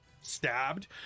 stabbed